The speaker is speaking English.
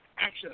Access